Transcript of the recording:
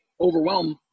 overwhelm